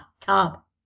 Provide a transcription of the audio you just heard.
Top